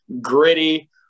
gritty